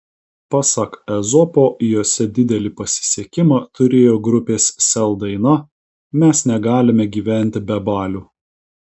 pasak ezopo jose didelį pasisekimą turėjo grupės sel daina mes negalime gyventi be balių